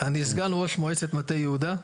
אני סגן ראש מועצת מטה יהודה.